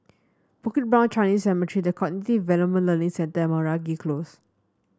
Bukit Brown Chinese Cemetery The Cognitive Development Learning Centre and Meragi Close